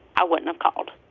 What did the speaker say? i wouldn't have called